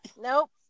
Nope